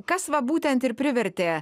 kas va būtent ir privertė